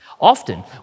Often